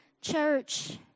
Church